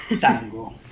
tango